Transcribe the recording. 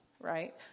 right